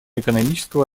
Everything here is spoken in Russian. экономического